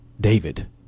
David